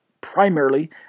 primarily